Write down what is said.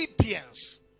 obedience